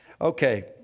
Okay